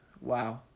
wow